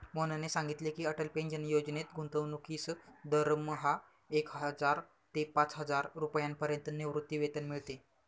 मोहनने सांगितले की, अटल पेन्शन योजनेत गुंतवणूकीस दरमहा एक हजार ते पाचहजार रुपयांपर्यंत निवृत्तीवेतन मिळते